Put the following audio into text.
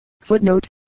Footnote